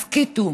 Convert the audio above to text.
הסכיתו,